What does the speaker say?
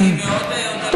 אני מאוד אודה לך על כך.